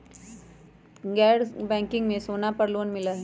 गैर बैंकिंग में सोना पर लोन मिलहई?